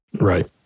right